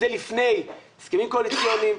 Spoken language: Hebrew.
זה לפני הסכמים קואליציוניים.